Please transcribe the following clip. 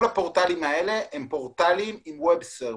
כל הפורטלים האלה הם פורטלים עם web-service.